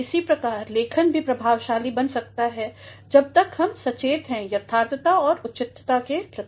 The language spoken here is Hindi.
इसी प्रकार लेखन भी प्रभावशाली बन सकता है जब तक हमसचेतहैं यथार्थता और उचितता के प्रति